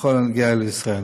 בכל הנוגע לישראל.